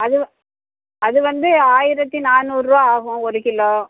அது அது வந்து ஆயிரத்து நானூறுரூவா ஆகும் ஒரு கிலோ